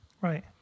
Right